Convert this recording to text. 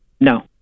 No